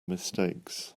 mistakes